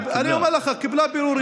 אני אומר לך, קיבלה פירורים.